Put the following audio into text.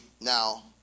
now